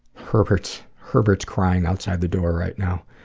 herbert's herbert's crying outside the door right now.